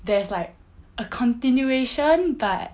there's like a continuation but